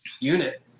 unit